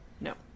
no